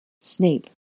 Snape